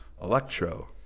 Electro